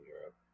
Europe